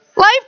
Life